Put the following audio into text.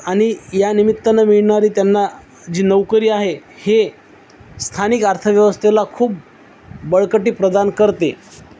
आनि यानिमित्ताने मिळणारी त्यांना जी नोकरी आहे हे स्थानिक अर्थव्यवस्थेला खूप बळकटी प्रदान करते